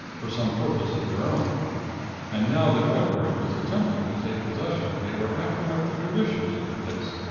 for some purpose of their own and now that wentworth was attempting to take possession, they were acting up the traditions of the place,